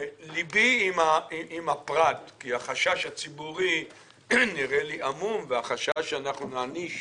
ליבי עם הפרט כי החשש הציבורי נראה לי עמום והחשש שאנחנו נעניש